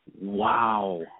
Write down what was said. Wow